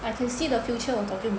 I can see the future 我早就买了